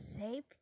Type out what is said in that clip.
safe